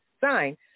sign